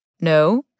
No